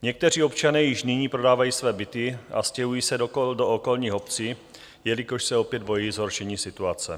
Někteří občané již nyní prodávají své byty a stěhují se do okolních obcí, jelikož se opět bojí zhoršení situace.